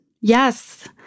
yes